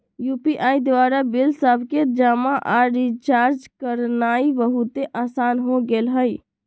UPI द्वारा bill सभके जमा आऽ रिचार्ज करनाइ बहुते असान हो गेल हइ